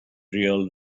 real